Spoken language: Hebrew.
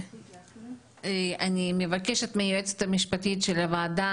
אני מבקשת מהיועצת המשפטית של הוועדה